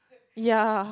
ya